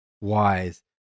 wise